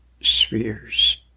spheres